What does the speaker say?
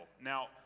Now